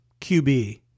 QB